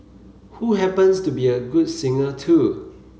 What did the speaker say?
who happens to be a good singer too